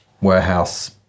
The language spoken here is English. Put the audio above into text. warehouse